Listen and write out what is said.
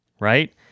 right